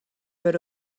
vote